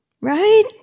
Right